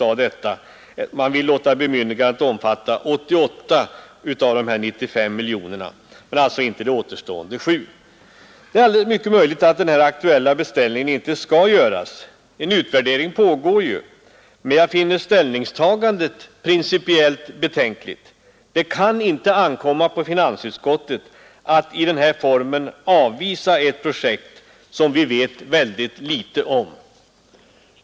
Reservanterna vill låta bemyndigandet om fatta 88 av de 95 miljonerna men inte de återstående 7. Det är mycket möjligt att den aktuella beställningen inte skall göras — en utvärdering pågår ju — men jag finner ställningstagandet principiellt betänkligt. Det kan inte ankomma på finansutskottet att i denna form avvisa ett projekt som vi vet mycket litet om.